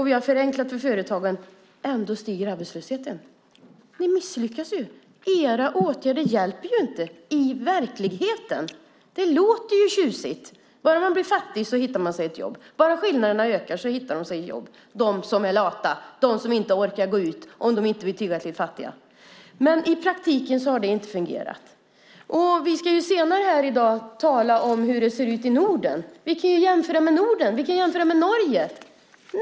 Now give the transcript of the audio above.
Vi har förenklat för företagen. Men ändå stiger arbetslösheten. Ni misslyckas. Era åtgärder hjälper inte i verkligheten. Det låter tjusigt. Bara man blir fattig hittar man sig ett jobb. Bara skillnaderna ökar hittar de arbetslösa sig ett jobb - de som är lata, de som inte orkar gå ut om de inte är tillräckligt fattiga. Men i praktiken har detta inte fungerat. Vi ska senare här i dag tala om hur det ser ut i Norden. Vi kan jämföra med Norden, vi kan jämföra med Norge.